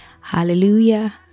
Hallelujah